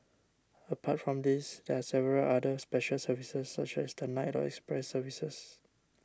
apart from these there are several other special services such as the night or express services